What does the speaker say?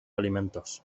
alimentos